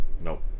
Nope